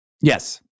Yes